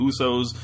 Usos